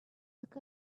look